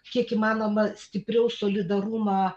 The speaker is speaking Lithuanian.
kiek įmanoma stipriau solidarumą